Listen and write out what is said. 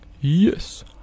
Yes